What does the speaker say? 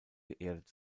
geerdet